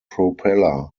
propeller